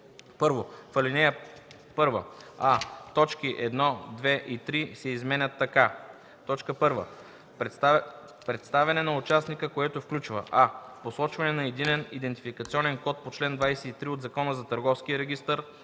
1. В ал. 1: а) точки 1, 2 и 3 се изменят така: „1. представяне на участника, което включва: а) посочване на единен идентификационен код по чл. 23 от Закона за търговския регистър,